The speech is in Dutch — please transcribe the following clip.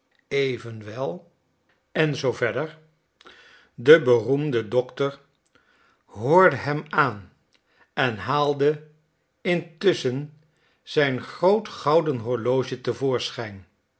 evenwel e z v de beroemde dokter hoorde hem aan en haalde intusschen zijn groot gouden horloge